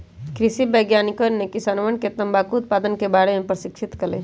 कृषि वैज्ञानिकवन ने किसानवन के तंबाकू उत्पादन के बारे में प्रशिक्षित कइल